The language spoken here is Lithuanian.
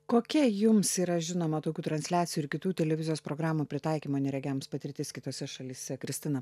kokia jums yra žinoma tokių transliacijų ir kitų televizijos programų pritaikymo neregiams patirtis kitose šalyse kristina